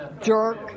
jerk